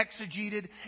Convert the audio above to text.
exegeted